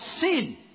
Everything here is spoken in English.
sin